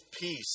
Peace